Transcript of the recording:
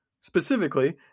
specifically